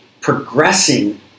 progressing